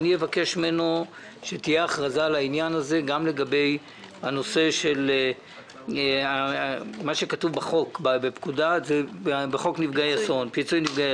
ואבקש ממנו שתהיה הכרזה על העניין הזה גם לגבי מה שכתוב בחוק פיצוי נפגעי